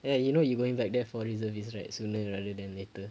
ya you know you're going back there for reservist right sooner rather than later